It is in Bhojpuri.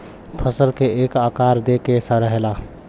फसल के एक आकार दे के रखेला